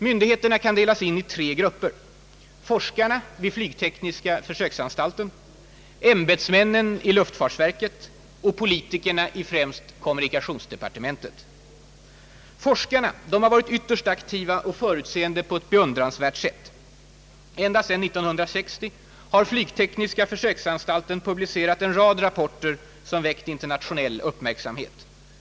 Myndigheterna kan delas in i tre grupper: forskarna vid flygtekniska försöksanstalten, ämbetsmännen i luftfartsverket och politikerna i främst kommunikationsdepartementet. Forskarna har varit ytterst aktiva och förutseende på ett beundransvärt sätt. Ända sedan 1960 har flygtekniska försöksanstalten publicerat en rad rapporter som väckt internationell uppmärksamhet.